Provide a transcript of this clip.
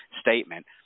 statement